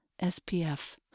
SPF